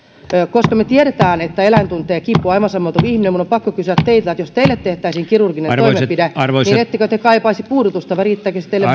koska me tiedämme että eläin tuntee kipua aivan samoin kuin ihminen minun on aivan pakko kysyä teiltä jos teille tehtäisiin kirurginen toimenpide niin ettekö te kaipaisi puudutusta riittäisikö teille